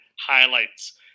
highlights